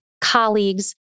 colleagues